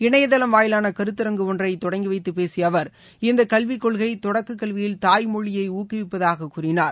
இணையதளம் வாயிலான கருத்தரங்கு ஒன்றை தொடங்கி வைத்துப் பேசிய அவர் இந்த கல்விக் கொள்கை தொடக்கக் கல்வியில் தாய்மொழியை ஊக்குவிப்பதாகக் கூறினார்